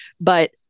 But-